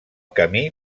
camí